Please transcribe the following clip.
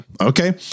okay